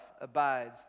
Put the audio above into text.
abides